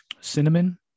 cinnamon